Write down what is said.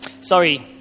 Sorry